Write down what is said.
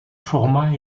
format